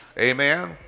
amen